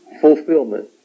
fulfillment